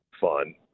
fun